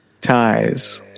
ties